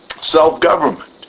self-government